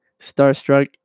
starstruck